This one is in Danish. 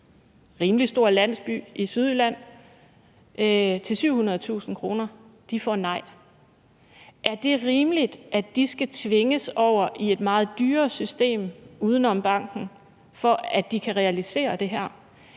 rimelig stor landsby i Sydjylland, til 700.000 kr. De får et nej. Er det rimeligt, at de skal tvinges over i et meget dyrere system uden om banken, for at de kan realisere det her?